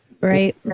Right